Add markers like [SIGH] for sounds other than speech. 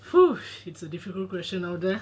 [NOISE] it's a difficult question out there